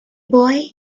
boy